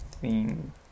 theme